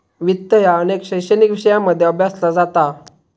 वित्त ह्या अनेक शैक्षणिक विषयांमध्ये अभ्यासला जाता